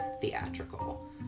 theatrical